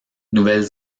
nouvelle